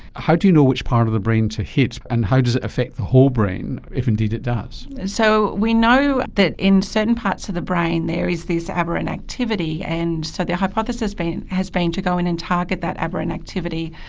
how do you know which part of the brain to hit and how does it affect the whole brain, if indeed it does? so we know that in certain parts of the brain there is this aberrant activity, and so the hypothesis has been to go in and target that aberrant activity,